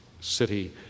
city